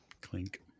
Clink